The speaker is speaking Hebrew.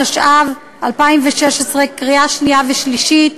התשע"ו 2016, בקריאה שנייה ושלישית,